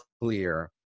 clear